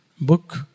book